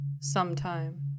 sometime